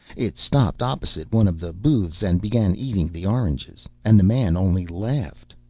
it stopped opposite one of the booths and began eating the oranges, and the man only laughed.